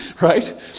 right